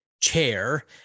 chair